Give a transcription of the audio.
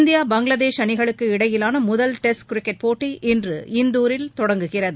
India Bangladesh அணிகளுக்கு இடையிலான முதல் டெஸ்ட் கிரிக்கெட் போட்டி இன்று இந்துாரில் தொடங்குகிறது